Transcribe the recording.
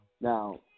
Now